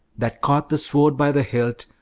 that caught the sword by the hilt,